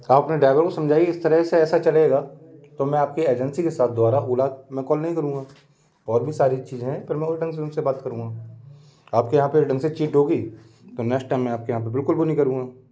आप अपने ड्राइवर को समझाइए इस तरह से ऐसा चलेगा तो मैं आपके एजेंसी के साथ द्वारा ओला में कॉल नहीं करूँगा और भी सारी चीज़ें हैं पर मैं और ढंग से उनसे बात करूँगा आप के यहाँ पे इस ढंग से चीट होगी तो नेश्ट टाइम मैं आपके यहाँ पे बिल्कुल भी नई करूँगा